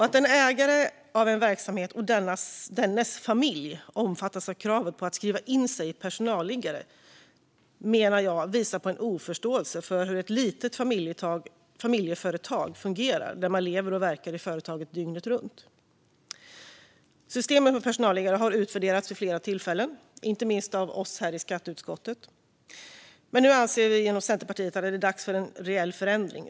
Att en ägare av en verksamhet och dennes familj omfattas av kravet på att skriva in sig i personalliggaren visar på en oförståelse, menar jag, för hur ett litet familjeföretag fungerar där man lever och verkar i företaget dygnet runt. Systemet med personalliggare har utvärderats vid flera tillfällen, inte minst av oss i skatteutskottet. Nu anser Centerpartiet att det är dags för en reell förändring.